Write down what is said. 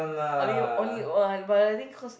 early only one but I think cause